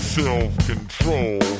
self-control